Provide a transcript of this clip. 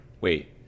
Wait